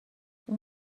اون